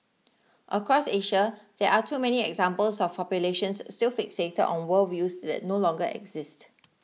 across Asia there are too many examples of populations still fixated on worldviews that no longer exist